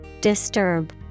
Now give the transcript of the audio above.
Disturb